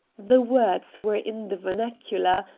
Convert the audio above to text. the words were in the vernacular,